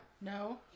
No